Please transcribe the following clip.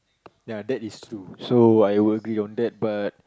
ya that is true so I will agree that but